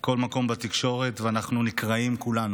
כל מקום בתקשורת, ואנחנו נקרעים כולנו.